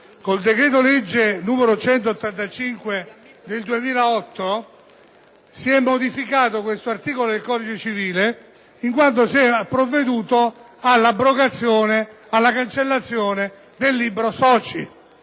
il decreto-legge n. 185 del 2008 si e modificato questo articolo del codice civile in quanto si eprovveduto all’abrogazione e alla cancellazione del libro soci,